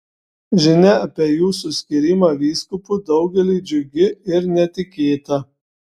žinia apie jūsų skyrimą vyskupu daugeliui džiugi ir netikėta